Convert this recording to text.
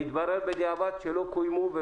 והתברר בדיעבד שלא קוימו.